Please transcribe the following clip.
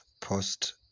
post